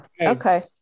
Okay